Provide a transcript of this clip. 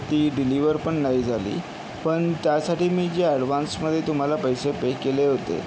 ती डिलिव्हरपण नाही झाली पण त्यासाठी मी जे ॲडवान्समधे तुम्हाला पैसे पे केले होते